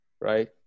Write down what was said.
right